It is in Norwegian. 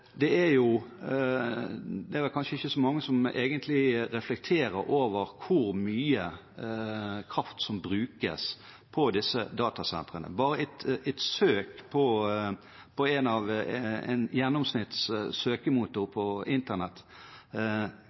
Det er kanskje ikke så mange som egentlig reflekterer over hvor mye kraft som brukes på disse datasentrene. Bare et søk på en gjennomsnitts søkemotor på Internett